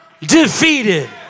defeated